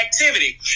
activity